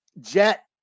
Jet